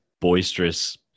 boisterous